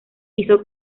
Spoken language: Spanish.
hizo